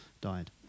died